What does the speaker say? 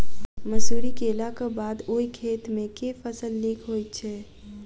मसूरी केलाक बाद ओई खेत मे केँ फसल नीक होइत छै?